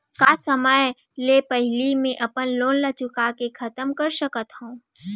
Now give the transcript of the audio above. का समय ले पहिली में अपन लोन ला चुका के खतम कर सकत हव?